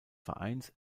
vereins